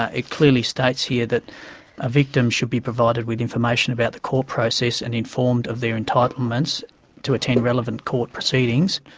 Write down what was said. ah it clearly states here that a victim should be provided with information about the court process and informed of their entitlements to attend relevant court proceedings,